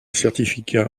certificat